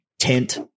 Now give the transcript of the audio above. tent